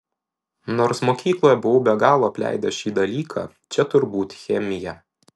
nors mokykloje buvau be galo apleidęs šį dalyką čia turbūt chemija